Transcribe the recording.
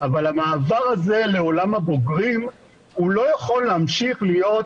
אבל המעבר הזה לעולם הבוגרים לא יכול להמשיך להיות